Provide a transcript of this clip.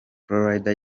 florida